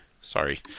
Sorry